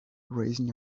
raising